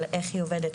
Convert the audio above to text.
על איך היא עובדת,